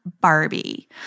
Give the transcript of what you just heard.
Barbie